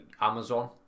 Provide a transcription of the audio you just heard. Amazon